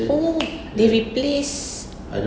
oh they replace